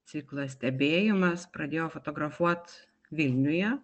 ciklą stebėjimas pradėjo fotografuot vilniuje